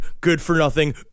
good-for-nothing